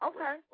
Okay